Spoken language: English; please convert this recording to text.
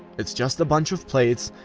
it's just a bunch of plates.